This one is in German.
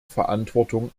verantwortung